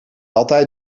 altijd